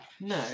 No